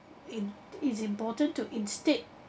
in is important to instead